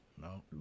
No